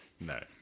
No